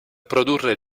produrre